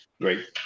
great